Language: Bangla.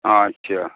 আচ্ছা